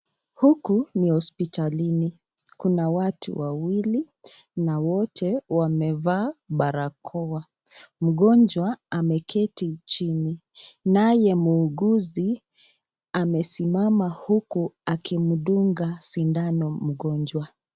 Huku ni hosiptalini, kuna watu wawili na wote wamevaa barakoa. Mgonjwa ameketi chini naye muuguzi amesimama huku akimdunga sindano mgonjwa.